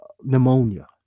pneumonia